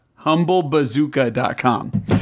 humblebazooka.com